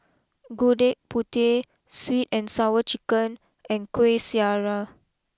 Gudeg Putih sweet and Sour Chicken and Kueh Syara